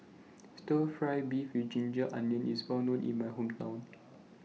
Stir Fry Beef with Ginger Onions IS Well known in My Hometown